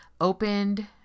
opened